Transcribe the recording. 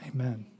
Amen